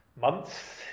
months